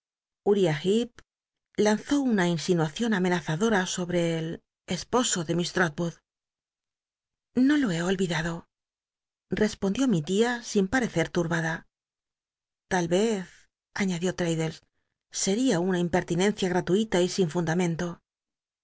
uriab llcep lanzó una insinuacion amenazadora sobre el esposo de miss l'tolwood no lo he olvidado respondió mi tia sin parecer turbada tal vez añadió traddles seria una impertinencia gratuita y sin fundamento